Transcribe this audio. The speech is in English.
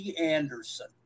Anderson